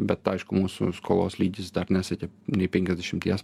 bet aišku mūsų skolos lygis dar nesiekė nei penkiasdešimties